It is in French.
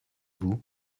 vous